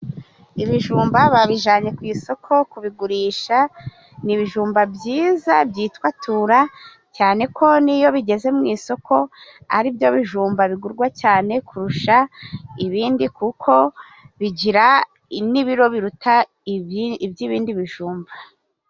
Ibijumba babijyanye ku isoko kubigurisha. Ni ibijumba byiza byitwa tura, cyane ko n'iyo bigeze mu isoko ari byo bijumba bigurwa cyane kurusha ibindi, kuko bigira n'ibiro biruta iby'ibindi bijumba.